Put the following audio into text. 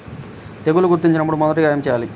తెగుళ్లు గుర్తించినపుడు మొదటిగా ఏమి చేయాలి?